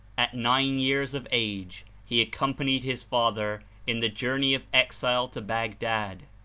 at nine years of age he accompanied his father in the journey of exile to baghdad,